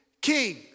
king